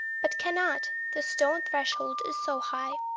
but cannot, the stone threshold is so high.